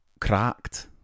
Cracked